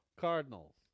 Cardinals